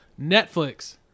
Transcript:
Netflix